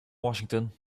washington